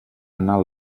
anar